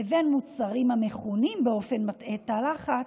לבין מוצרים המכונים באופן מטעה "תא לחץ",